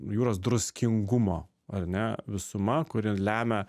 jūros druskingumo ar ne visuma kuri lemia